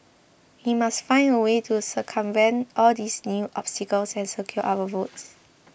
he must find a way to circumvent all these new obstacles and secure our votes